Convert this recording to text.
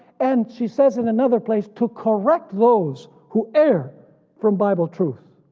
and she says in another place to correct those who err from bible truth.